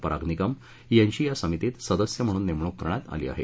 पराग निगम यांची या समितीमध्ये सदस्य म्हणून नेमणूक करण्यात आली आहे